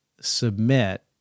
submit